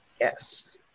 Yes